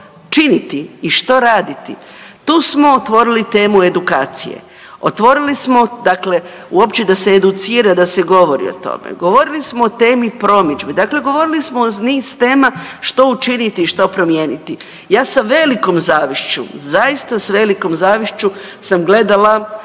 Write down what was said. činiti i što raditi. Tu smo otvorili temu edukacije. Otvorili smo, dakle, uopće da se educira, da se govori o tome. Govorili smo o temi promidžbe, dakle govorili smo o niz tema što učiniti i što promijeniti. Ja sa velikom zavišću, zaista s velikom zavišću sam gledala